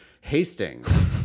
Hastings